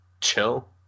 chill